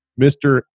Mr